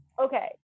okay